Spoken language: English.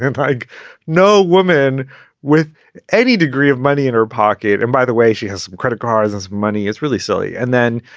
and like know woman with any degree of money in her pocket. and by the way, she has credit cards. money is really silly. and then,